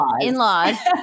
in-laws